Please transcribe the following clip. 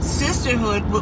sisterhood